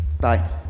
bye